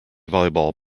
volleyball